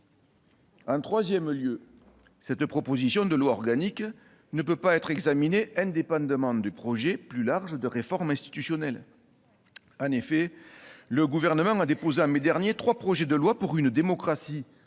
En troisième lieu, cette proposition de loi organique ne peut pas être examinée indépendamment des projets, plus larges, de réforme institutionnelle. En effet, le Gouvernement a déposé en mai dernier trois projets de loi « pour une démocratie